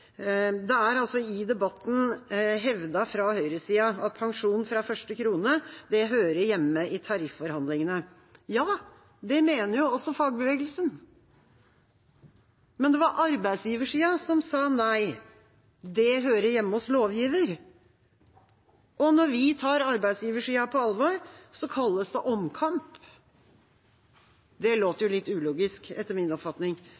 Det er i debatten hevdet fra høyresida at pensjon fra første krone hører hjemme i tarifforhandlingene. Det mener også fagbevegelsen, men det var arbeidsgiversida som sa nei, det hører hjemme hos lovgiver. Og når vi tar arbeidsgiversida på alvor, kalles det omkamp. Det låter litt ulogisk, etter min oppfatning.